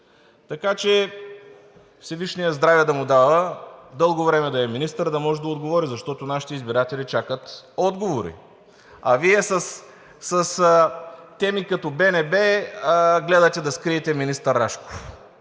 Така че, всевишният здраве да му дава, дълго време да е министър, за да може да отговори, защото нашите избиратели чакат отговори. А Вие с теми като Българската народна банка гледате да скриете министър Рашков.